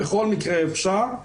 בכל מקרה אפשר.